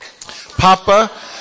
Papa